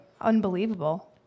unbelievable